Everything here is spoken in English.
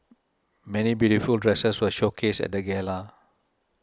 many beautiful dresses were showcased at the gala